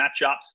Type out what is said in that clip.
matchups